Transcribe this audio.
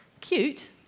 Cute